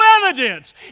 evidence